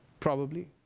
probably.